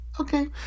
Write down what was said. Okay